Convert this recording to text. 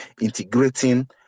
integrating